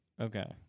Okay